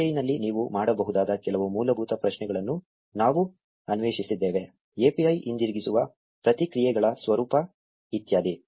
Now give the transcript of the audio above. API ನಲ್ಲಿ ನೀವು ಮಾಡಬಹುದಾದ ಕೆಲವು ಮೂಲಭೂತ ಪ್ರಶ್ನೆಗಳನ್ನು ನಾವು ಅನ್ವೇಷಿಸಿದ್ದೇವೆ API ಹಿಂತಿರುಗಿಸುವ ಪ್ರತಿಕ್ರಿಯೆಗಳ ಸ್ವರೂಪ ಇತ್ಯಾದಿ